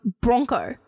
Bronco